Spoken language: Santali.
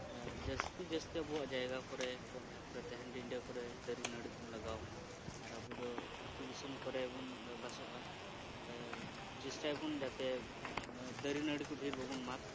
ᱡᱟᱹᱥᱛᱤ ᱡᱟᱹᱥᱛᱤ ᱟᱵᱚᱣᱟᱜ ᱡᱟᱭᱜᱟ ᱠᱚᱨᱮ ᱟᱵᱚᱣᱟᱜ ᱡᱟᱦᱟᱸ ᱠᱚᱨᱮ ᱛᱟᱦᱮᱸᱱ ᱰᱤᱸᱰᱟᱹ ᱠᱚᱨᱮ ᱫᱟᱨᱮ ᱱᱟᱹᱲᱤ ᱵᱚᱱ ᱞᱟᱜᱟᱣ ᱢᱟ ᱟᱨ ᱟᱵᱚ ᱫᱚ ᱟᱛᱳ ᱫᱤᱥᱚᱢ ᱠᱚᱨᱮ ᱵᱚᱱ ᱵᱟᱥᱚᱜᱼᱟ ᱪᱮᱥᱴᱟᱭᱟᱵᱚᱱ ᱡᱟᱛᱮ ᱫᱟᱨᱮ ᱱᱟᱹᱲᱤ ᱠᱚ ᱰᱷᱮᱨ ᱵᱟᱵᱚᱱ ᱢᱟᱜᱽ